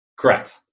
Correct